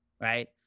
right